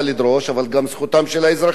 אבל גם זכותם של האזרחים לדרוש.